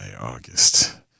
August